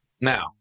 Now